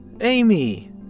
Amy